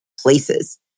places